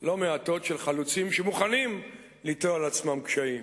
לא מעטות של חלוצים שמוכנים ליטול על עצמם קשיים,